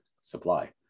supply